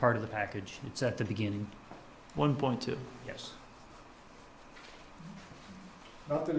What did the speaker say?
part of the package it's at the beginning one point two yes to thi